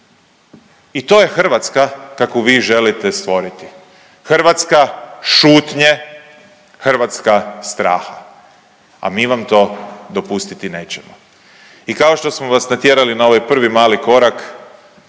I to je Hrvatska kakvu vi želite stvoriti. Hrvatska šutnje, Hrvatska straha, a mi vam to dopustiti nećemo. I kao što smo vas natjerali na ovaj prvi mali korak,